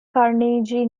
carnegie